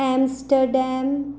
Amsterdam